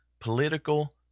political